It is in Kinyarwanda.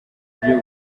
buryo